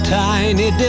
tiny